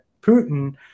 Putin –